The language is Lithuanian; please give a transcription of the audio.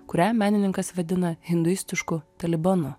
kurią menininkas vadina hinduistišku talibanu